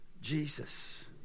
Jesus